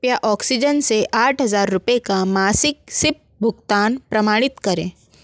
कृपया ऑक्सीजन से आठ हज़ार रुपये का मासिक सिप भुगतान प्रमाणित करें